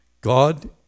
God